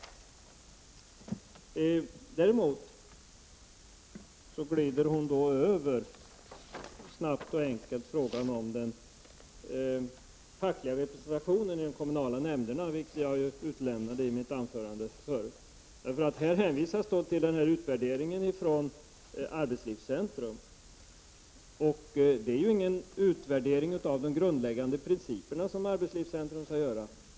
Däremot glider hon snabbt och enkelt över frågan om den fackliga representationen i de kommunala nämnderna, vilket jag utelämnade i mitt tidigare anförande. Här hänvisas till utvärderingen från Arbetslivscentrum. Det är ingen utvärdering av de grundläggande principerna som Arbetslivscentrum skall göra.